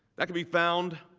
that can be found